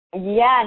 Yes